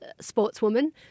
sportswoman